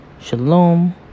Shalom